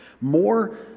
More